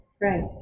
right